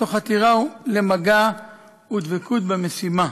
תוך חתירה למגע ודבקות במשימה.